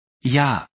Ja